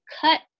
cut